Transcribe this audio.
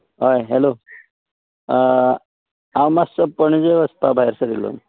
हय हेलो हांव मात्सो पणजे वचपा भायर सरिल्लो